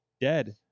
dead